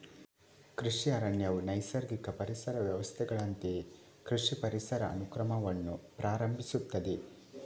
ಕೃಷಿ ಅರಣ್ಯವು ನೈಸರ್ಗಿಕ ಪರಿಸರ ವ್ಯವಸ್ಥೆಗಳಂತೆಯೇ ಕೃಷಿ ಪರಿಸರ ಅನುಕ್ರಮವನ್ನು ಪ್ರಾರಂಭಿಸುತ್ತದೆ